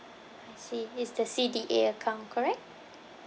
I see it's the C_D_A account correct